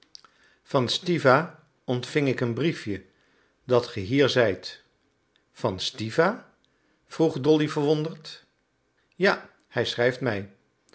van stiwa ontving ik een briefje dat ge hier zijt van stiwa vroeg dolly verwonderd ja hij schrijft mij